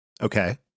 Okay